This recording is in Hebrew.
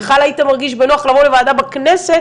בכלל היית מרגיש בנוח לבוא לוועדה בכנסת